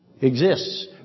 exists